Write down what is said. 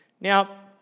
Now